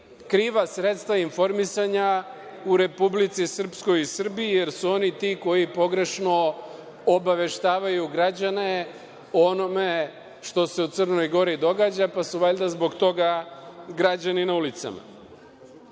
kriva sredstva informisanja u Republici Srpskoj i Srbiji, jer su oni ti koji pogrešno obaveštavaju građen o onome što se u Crnoj Gori događa, pa su valjda zbog toga građani na ulicama. Drugo,